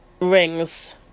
rings